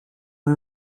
van